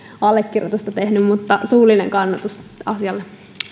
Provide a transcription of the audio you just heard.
allekirjoittanut mutta suullinen kannatus asialle